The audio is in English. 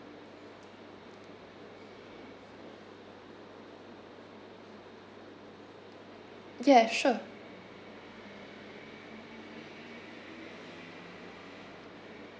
yeah sure